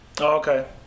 okay